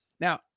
now